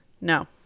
No